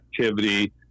activity